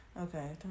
Okay